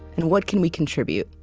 and what can we contribute?